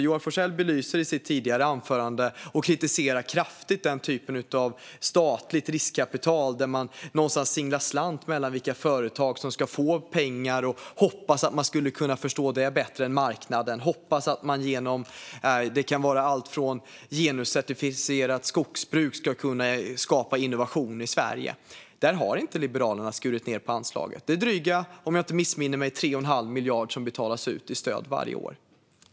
Joar Forssell belyste i sitt tidigare anförande och kritiserade kraftigt den typ av statligt riskkapital där man singlar slant mellan vilka företag som ska få pengar och hoppas att man ska förstå bättre än marknaden och att man genom genuscertifierat skogsbruk och annat ska kunna skapa innovation i Sverige. Där har Liberalerna inte skurit ned på anslaget. Om jag inte missminner mig är det dryga 3 1⁄2 miljard som betalas ut i stöd varje år.